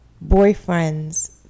boyfriend's